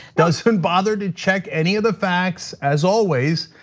doesn't bother to check any of the facts, as always,